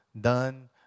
done